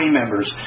members